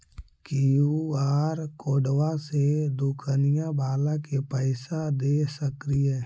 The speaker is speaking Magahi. कियु.आर कोडबा से दुकनिया बाला के पैसा दे सक्रिय?